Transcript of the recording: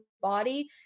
body